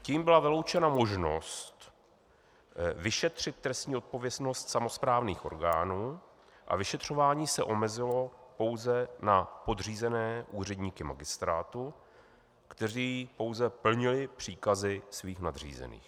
Tím byla vyloučena možnost vyšetřit trestní odpovědnost samosprávných orgánů a vyšetřování se omezilo pouze na podřízené úředníky magistrátu, kteří pouze plnili příkazy svých nadřízených.